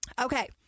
Okay